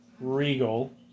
regal